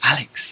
Alex